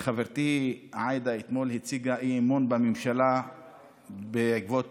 חברתי עאידה הציעה אתמול אי-אמון בממשלה בעקבות